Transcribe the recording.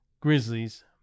Grizzlies